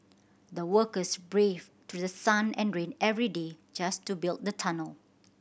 the workers braved sun and rain every day just to build the tunnel